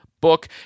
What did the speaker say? book